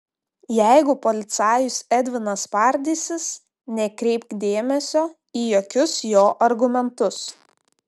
jeigu policajus edvinas spardysis nekreipk dėmesio į jokius jo argumentus